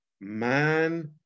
man